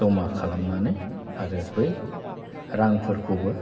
जमा खालामनानै आरो बै रांफोरखौबो